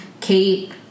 Kate